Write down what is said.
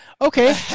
Okay